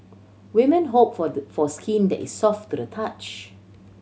women hope for the for skin that is soft to the touch